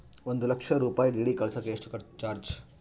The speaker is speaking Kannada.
ಒಂದು ಲಕ್ಷ ರೂಪಾಯಿ ಡಿ.ಡಿ ಕಳಸಾಕ ಎಷ್ಟು ಚಾರ್ಜ್?